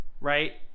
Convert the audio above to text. Right